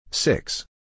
Six